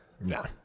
No